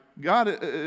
God